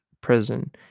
prison